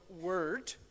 word